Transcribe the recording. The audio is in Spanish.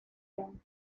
lyon